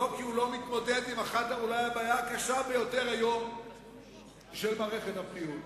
לא כי הוא לא מתמודד אולי עם הבעיה הקשה ביותר היום של מערכת הבריאות,